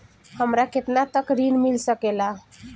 हमरा केतना तक ऋण मिल सके ला?